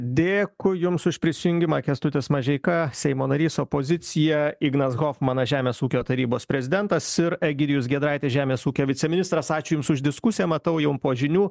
dėkui jums už prisijungimą kęstutis mažeika seimo narys opozicija ignas hofmanas žemės ūkio tarybos prezidentas ir egidijus giedraitis žemės ūkio viceministras ačiū jums už diskusiją matau jaum po žinių